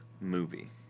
movie